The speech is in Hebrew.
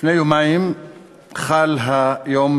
לפני יומיים חל יום